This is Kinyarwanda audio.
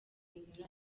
binyuranye